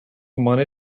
money